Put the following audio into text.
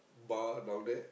bar down there